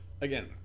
again